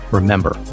Remember